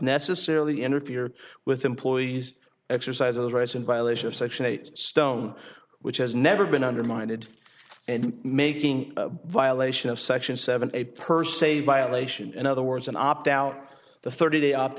necessarily interfere with employees exercise those rights in violation of section eight stone which has never been under minded and making violation of section seven a per se violation in other words an opt out the thirty day opt